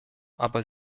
aber